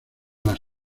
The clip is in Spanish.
las